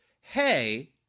hey